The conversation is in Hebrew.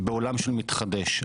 בעולם שמתחדש.